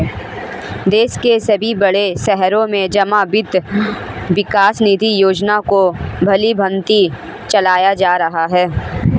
देश के सभी बड़े शहरों में जमा वित्त विकास निधि योजना को भलीभांति चलाया जा रहा है